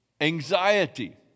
anxiety